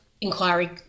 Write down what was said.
inquiry